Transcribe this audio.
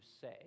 say